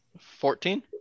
Fourteen